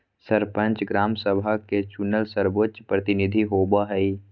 सरपंच, ग्राम सभा के चुनल सर्वोच्च प्रतिनिधि होबो हइ